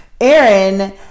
Aaron